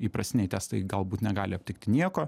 įprastiniai testai galbūt negali aptikti nieko